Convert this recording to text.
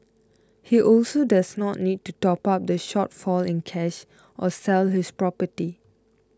he also does not need to top up the shortfall in cash or sell his property